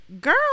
girl